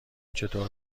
چطور